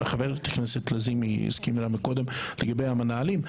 חברת הכנסת לזימי הזכירה לנו קודם לגבי המנהלים.